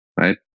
right